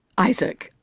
isaac,